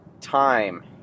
time